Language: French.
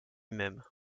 même